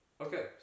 Okay